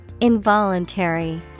Involuntary